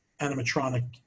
animatronic